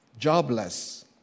jobless